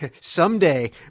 Someday